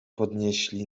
podnieśli